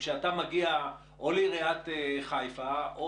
כשאתה מגיע או לעיריית חיפה,